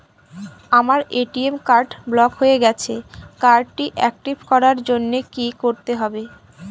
আমার ATM card block হয়ে গেছে কার্ড টি একটিভ করার জন্যে কি করতে হবে?